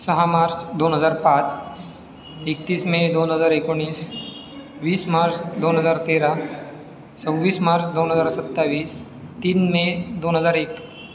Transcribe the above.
सहा मार्च दोन हजार पाच एकतीस मे दोन हजार एकोणीस वीस मार्च दोन हजार तेरा सव्वीस मार्च दोन हजार सत्तावीस तीन मे दोन हजार एक